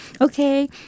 Okay